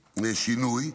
שינוי,